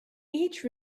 each